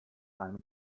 einem